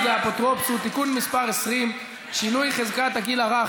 והאפוטרופסות (תיקון מס' 20) (שינוי חזקת הגיל הרך),